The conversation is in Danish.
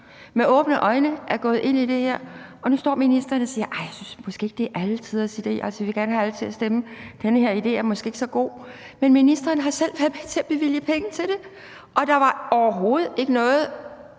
med åbne øjne gået ind i det her, og nu står ministeren og siger, at ej, jeg synes måske ikke, at det er alle tiders idé. Vi vil gerne have alle til at stemme, men den her idé er måske ikke så god. Men ministeren har selv været med til at bevilge penge til det, og der blev overhovedet ikke lagt